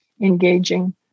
engaging